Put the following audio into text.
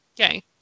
okay